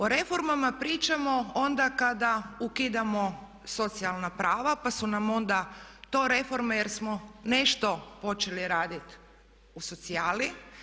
O reformama pričamo onda kada ukidamo socijalna prava pa su nam onda to reforme jer smo nešto počeli raditi u socijali.